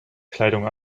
kleidung